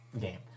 game